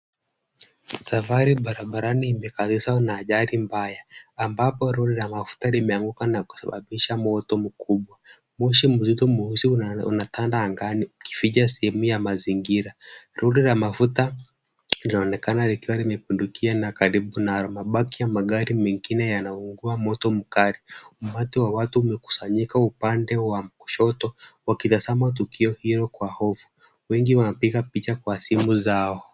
Safari barabarani imekatishwa na ajali mbaya ambapo lori la mafuta limeanguka na kusababisha moto mkubwa. Moshi mzito mweusi unatanda angani, ukificha sehemu ya mazingira. Lori la mafuta linaonekana likiwa limepindukia na karibu nalo. Mabaki ya magari mengine yanaungua moto mkali. Umati wa watu umekusanyika upande wa kushoto wakitazama tukio hilo kwa hofu. Wengi wanapiga picha kwa simu zao.